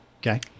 Okay